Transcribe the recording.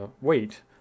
weight